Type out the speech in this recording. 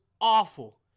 awful